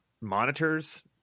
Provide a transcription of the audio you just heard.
monitors